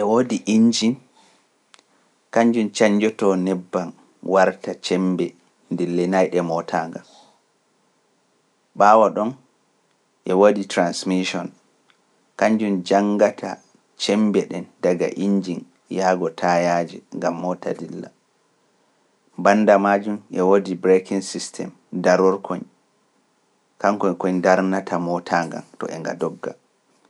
E woodi injin, kannjum cannjotoo nebbam warta cemmbe dillinayɗe mootaa ngan. Ɓaawo ɗon e woodi transmission, kannjum janngata cemmbe ɗen daga injin yahgo taayaaje ngam moota dilla. Bannda maajum e woodi braking system darorkoy, kankoy kon ndarnata mootaa to e nga dogga.